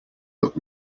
look